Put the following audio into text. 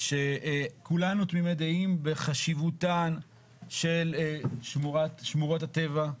שכולנו תמימי דעים בחשיבותן של שמורות הטבע,